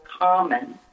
common